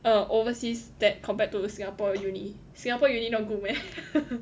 err overseas that compared to Singapore uni Singapore uni not good meh